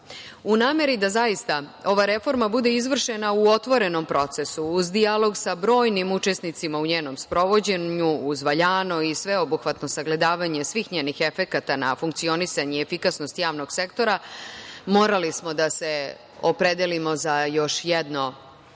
nameri da zaista ova reforma bude izvršena u otvorenom procesu, uz dijalog sa brojnim učesnicima u njenom sprovođenju, uz valjano i sveobuhvatno sagledavanje svih njenih efekata na funkcionisanje i efikasnost javnog sektora, morali smo da se opredelimo za još jedno